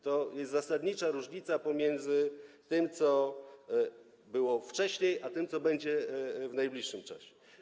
To jest zasadnicza różnica pomiędzy tym, co było wcześniej, a tym, co będzie w najbliższym czasie.